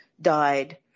died